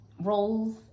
Roles